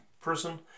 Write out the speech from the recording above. person